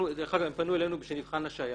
דרך אגב, פנו אלינו כדי שנבחן השעיה,